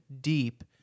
deep